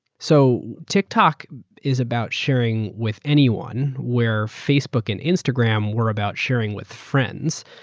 so tiktok is about sharing with anyone where facebook and instagram where about sharing with friends.